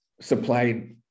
supplied